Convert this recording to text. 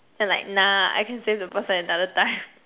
and like nah I can save the person another time